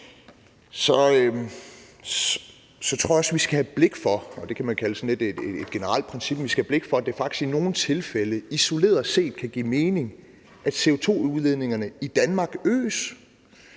det tror jeg også, at vi skal have blik for, og det kan man kalde sådan et generelt princip, at det faktisk i nogle tilfælde isoleret set kan give mening, at CO2-udledningerne i Danmark øges.